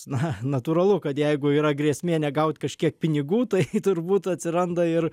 na natūralu kad jeigu yra grėsmė negaut kažkiek pinigų tai turbūt atsiranda ir